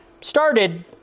started